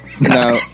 No